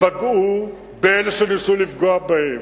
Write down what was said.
פגעו באלה שניסו לפגוע בהם.